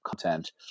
content